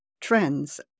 trends